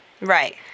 Right